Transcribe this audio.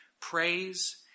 praise